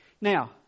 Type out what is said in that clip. Now